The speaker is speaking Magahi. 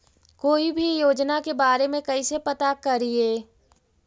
कोई भी योजना के बारे में कैसे पता करिए?